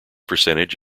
percentage